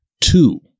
two